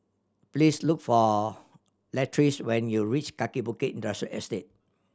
please look for Latrice when you reach Kaki Bukit Industrial Estate